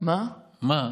מה?